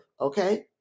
okay